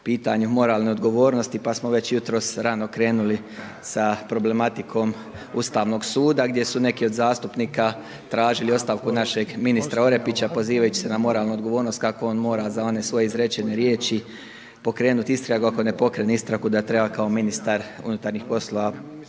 moralne odgovornosti pa smo već jutros rano krenuli sa problematikom Ustavnog suda gdje su neki od zastupnika tražili ostavku našeg ministra Orepića pozivajući se na moralnu odgovornost kako on mora za one svoje izrečene riječi pokrenuti istragu. Ako ne pokrene istragu da treba kao ministar unutarnjih poslova